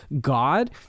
God